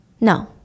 No